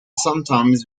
sometimes